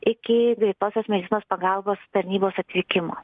iki greitosios medicinos pagalbos tarnybos atlikimo